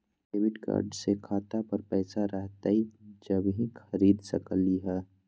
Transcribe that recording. Debit card से खाता पर पैसा रहतई जब ही खरीद सकली ह?